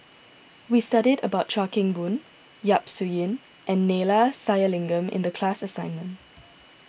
we studied about Chuan Keng Boon Yap Su Yin and Neila Sathyalingam in the class assignment